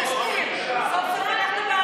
בואו נצביע, יאללה.